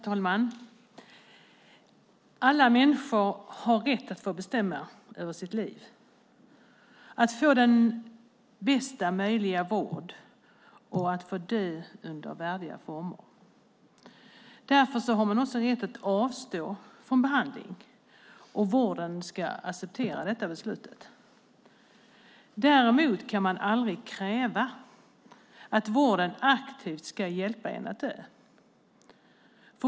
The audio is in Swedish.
Herr talman! Alla människor har rätt att få bestämma över sitt liv, att få bästa möjliga vård och att få dö under värdiga former. Därför har man också rätt att avstå från behandling, och vården ska acceptera detta beslut. Däremot kan man aldrig kräva att vården aktivt ska hjälpa en att dö.